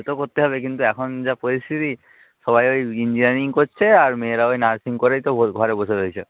সে তো করতেই হবে কিন্তু এখন যা পরিস্থিতি সবাই ওই ইঞ্জিনিয়ারিং করছে আর মেয়েরা ওই নার্সিং করেই তো ও ঘরে বসে রয়েছে